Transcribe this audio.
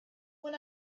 when